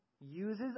uses